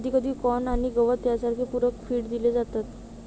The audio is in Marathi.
कधीकधी कॉर्न आणि गवत सारखे पूरक फीड दिले जातात